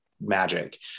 magic